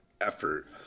effort